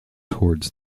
towards